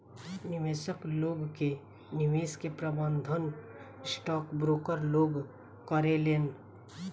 निवेशक लोग के निवेश के प्रबंधन स्टॉक ब्रोकर लोग करेलेन